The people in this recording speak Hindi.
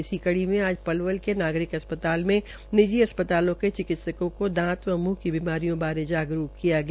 इसी कड़ी में आज आज पलवल के नागरिक अस्पताल में निजी अस्पतालों के चिकित्सों को दात व मुंह की बीमारियों बारे जागरूक किया गया